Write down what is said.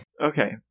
Okay